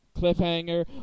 cliffhanger